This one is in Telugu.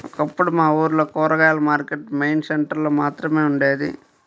ఒకప్పుడు మా ఊర్లో కూరగాయల మార్కెట్టు మెయిన్ సెంటర్ లో మాత్రమే ఉండేది